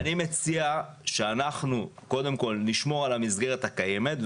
אני מציע שקודם כול נשמור על המסגרת הקיימת,